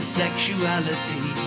sexuality